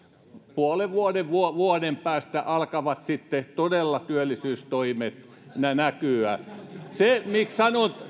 puolen vuoden vuoden vuoden päästä alkavat sitten todella työllisyystoimet näkyä se miksi